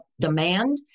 demand